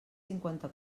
cinquanta